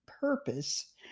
purpose